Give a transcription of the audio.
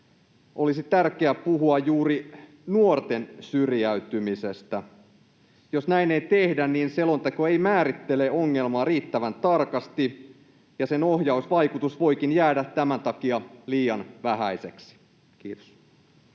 Olisi tärkeä puhua juuri nuorten syrjäytymisestä. Jos näin ei tehdä, niin selonteko ei määrittele ongelmaa riittävän tarkasti ja sen ohjausvaikutus voikin jäädä tämän takia liian vähäiseksi. — Kiitos.